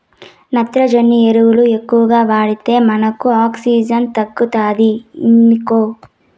నత్రజని ఎరువులు ఎక్కువగా వాడితే మనకు ఆక్సిజన్ తగ్గుతాది ఇనుకో